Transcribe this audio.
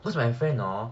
cause my friend hor